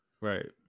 Right